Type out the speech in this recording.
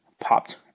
popped